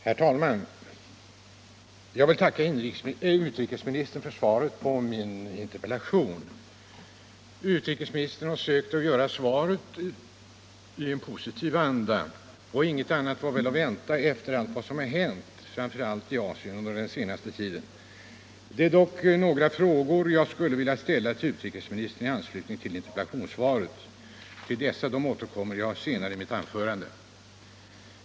Herr talman! Jag vill tacka utrikesministern för svaret på min interpellation. Utrikesministern har försökt svara i en positiv anda, och ingenting annat var att vänta, efter allt vad som hänt framför allt i Asien under den senaste tiden. Jag skulle dock vilja ställa några frågor till utrikesministern i anslutning till interpellationssvaret. Till dessa återkommer jag senare i mitt anförande.